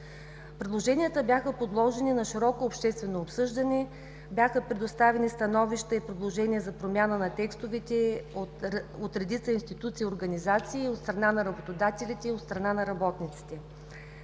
Предложенията бяха подложени на широко обществено обсъждане, бяха предоставени становища и предложения за промяна на текстовете от редица институции и организации – от страна на работодателите, и от страна на работниците.